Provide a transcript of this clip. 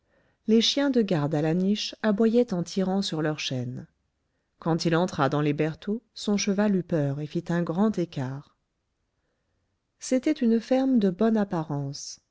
les chiens de garde à la niche aboyaient en tirant sur leur chaîne quand il entra dans les bertaux son cheval eut peur et fit un grand écart c'était une ferme de bonne apparence